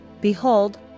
Behold